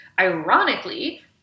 Ironically